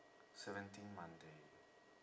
seventeen monday